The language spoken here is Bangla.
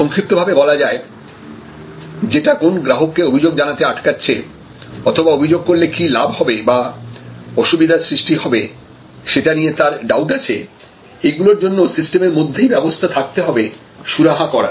সংক্ষিপ্ত ভাবে বলা যায় যেটা কোন গ্রাহককে অভিযোগ জানাতে আটকাচ্ছে অথবা অভিযোগ করলে কি লাভ হবে বা অসুবিধার সৃষ্টি হবে সেটা নিয়ে তার ডাউট আছে এগুলোর জন্য সিস্টেম এর মধ্যেই ব্যবস্থা থাকতে হবে সুরাহা করার